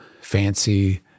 fancy